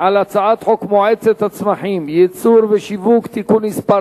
על הצעת חוק מועצת הצמחים (ייצור ושיווק) (תיקון מס'